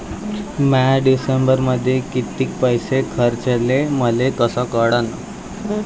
म्या डिसेंबरमध्ये कितीक पैसे खर्चले मले कस कळन?